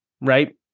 Right